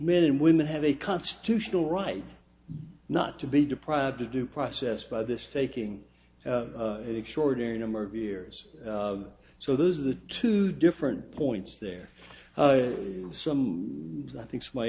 men and women have a constitutional right not to be deprived of due process by this faking extraordinary number of years so those are the two different points there are some i think